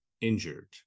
injured